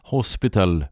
Hospital